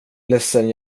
ledsen